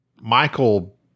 Michael